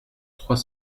trois